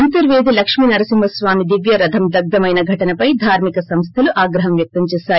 అంతర్వేది లక్ష్మీనరసింహ స్వామి దివ్య రథం దగ్గమైన ఘటనపై ధార్మిక సంస్థలు ఆగ్రహం వ్యక్తం చేశాయి